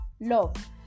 love